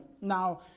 Now